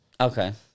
okay